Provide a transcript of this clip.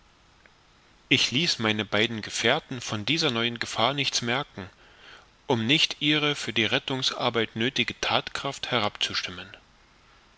ich ließ meine beiden gefährten von dieser neuen gefahr nichts merken um nicht ihre für die rettungsarbeit nöthige thatkraft herabzustimmen